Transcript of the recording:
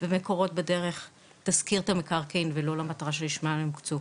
ומקורות בדרך תשכיר את המקרקעין ולא למטרה שלשמם הוקצו.